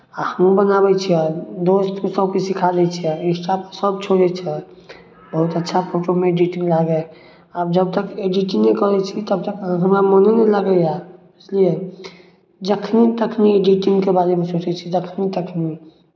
आ हम बनाबै छियै दोस्त सभकेँ सिखा दै छियै इंस्टापर सभ छोड़ै छथि बहुत अच्छा फोटोमे एडिटिंग लागै हइ आब जबतक एडिटिंग करै छी तबतक हमरा मोन नहि लागैए बुझलियै जखनि तखनि एडिटिंगके बारेमे सोचै छियै जखनि तखनि